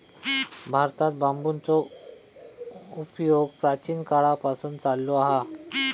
भारतात बांबूचो उपयोग प्राचीन काळापासून चाललो हा